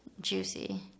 Juicy